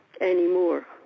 anymore